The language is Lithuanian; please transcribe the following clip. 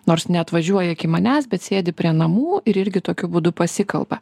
nors neatvažiuoja iki manęs bet sėdi prie namų ir irgi tokiu būdu pasikalba